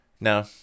No